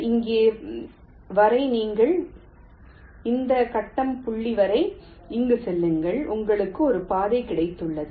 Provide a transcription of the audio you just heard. இங்கே வரை நீங்கள் இந்த கட்டம் புள்ளி வரை இங்கு செல்லுங்கள் உங்களுக்கு ஒரு பாதை கிடைத்துள்ளது